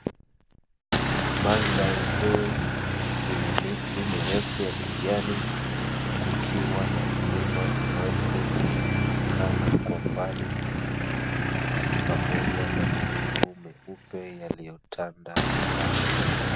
Mandhari nzuri yenye miti mirefu ya kijani, kukiwa na mlima mrefu unaoonekana kwa mbali pamoja mawingu meupe yaliyotanda angani.